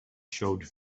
showed